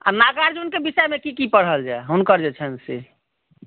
आ नागार्जुनक विषयमे की की कऽ रहल छियै हुनकर जे छनि से